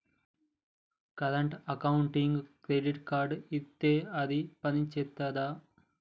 Current అకౌంట్కి credit card ఇత్తే అది పని చేత్తదా?